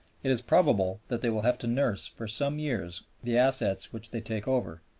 it is probable that they will have to nurse, for some years, the assets which they take over,